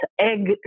egg